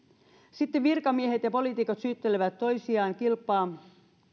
sitten virkamiehet ja poliitikot syyttelevät toisiaan kilpaa